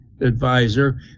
advisor